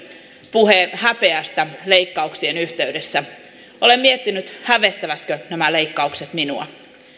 puhe häpeästä leikkauksien yhteydessä olen miettinyt hävettävätkö nämä leikkaukset minua